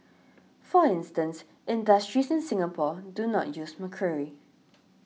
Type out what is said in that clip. for instance industries in Singapore do not use mercury